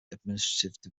administrative